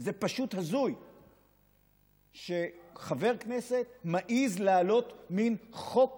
זה פשוט הזוי שחבר כנסת מעז להעלות מין חוק